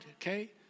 Okay